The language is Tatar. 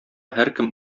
һәркем